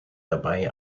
dabei